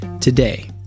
Today